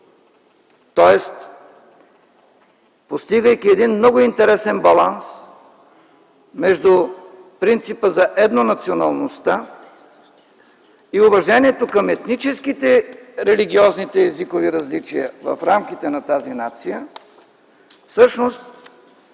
Тоест постигайки един много интересен баланс между принципа за еднонационалността и уважението към етническите, религиозните и езикови различия в рамките на тази нация, всъщност